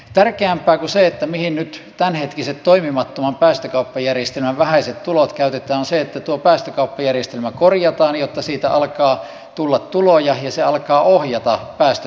tärkeämpää kuin se mihin nyt tämänhetkiset toimimattoman päästökauppajärjestelmän vähäiset tulot käytetään on se että tuo päästökauppajärjestelmä korjataan jotta siitä alkaa tulla tuloja ja se alkaa ohjata päästöttömään tuotantoon